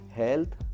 health